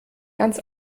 ganz